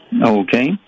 Okay